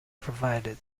provided